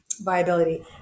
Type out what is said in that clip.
viability